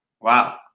Wow